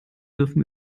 dürfen